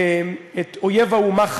את אויב האומה,